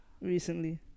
recently